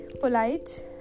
polite